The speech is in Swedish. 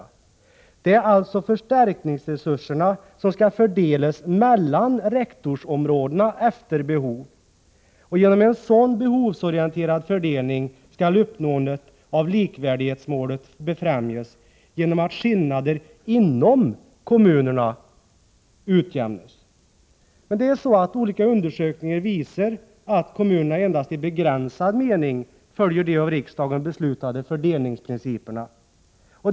Det är alltså förstärkningsresurserna som skall fördelas efter behov mellan rektorsområdena. En sådan behovsorienterad fördelning skall befrämja uppnåendet av likvärdighetsmålet, så att skillnader inom kommunerna utjämnas. Olika undersökningar visar att kommunerna endast i begränsad omfattning följer de av riksdagen beslutade fördelningsprinciperna.